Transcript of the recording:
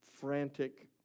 frantic